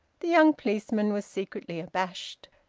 the young policeman was secretly abashed,